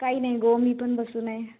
काही नाही गं मी पण बसून आहे